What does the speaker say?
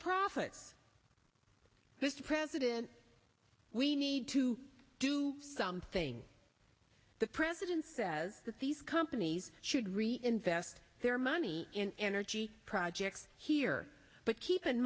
profit this president we need to do something the president says that these companies should really invest their money in energy projects here but keep in